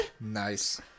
Nice